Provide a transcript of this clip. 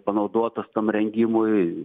panaudotos tam rengimui